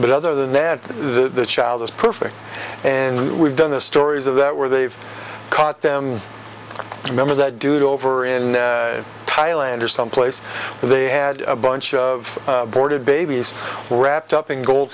but other than that the child is perfect and we've done the stories of that where they've caught them remember that dude over in thailand or some place where they had a bunch of boarded babies wrapped up in gold